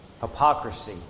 hypocrisy